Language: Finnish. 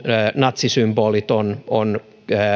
natsisymbolien on on